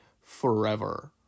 forever